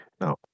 Now